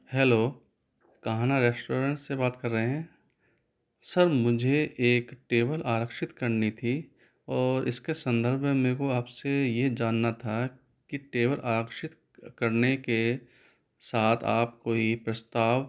hello Kanha restaurant से बात कर रहे हैं सर मुझे एक टेबल आरक्षित करनी थी और इसके संदर्भ में मेर को आपसे यह जानना था की टेबल आरक्षित करने के साथ आप कोई प्रस्ताव